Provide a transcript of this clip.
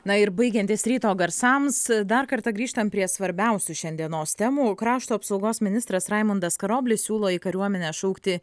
na ir baigiantis ryto garsams dar kartą grįžtant prie svarbiausių šiandienos temų krašto apsaugos ministras raimundas karoblis siūlo į kariuomenę šaukti